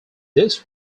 this